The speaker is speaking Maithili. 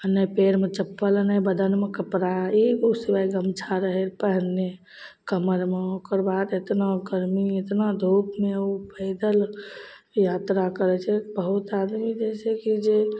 आओर ने पयरमे चप्पल ने बदनमे कपड़ा एगो सिवाय गमछा रहय पहनने कमरमे ओकर बाद एतना गरमीमे एतना धूपमे उ पैदल यात्रा करय छै बहुत आदमी जैसेकि जे